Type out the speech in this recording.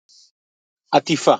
עטיפה